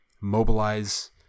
mobilize